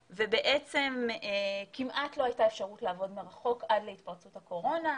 בעצם כמעט לא הייתה אפשרות לעבוד מרחוק עד לפרוץ הקורונה.